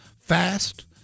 fast